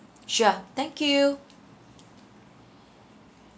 sure thank you